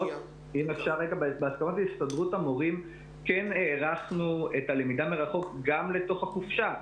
בהסכמות הסתדרות המורים כן הארכנו את הלמידה מרחוק גם לתוך החופשה.